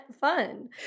fun